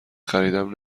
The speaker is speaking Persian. خریدم